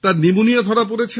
তাঁর নিউমোনিয়া ধরা পড়েছে